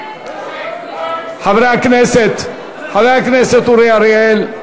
חברי הכנסת, חבר הכנסת אורי אריאל,